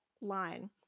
line